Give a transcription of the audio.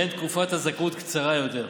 שלהם תקופת הזכאות קצרה יותר.